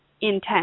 intent